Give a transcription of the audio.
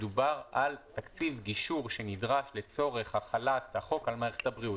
דובר על תקציב גישור שנדרש לצורך החלת החוק על מערכת הבריאות.